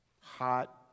hot